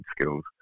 skills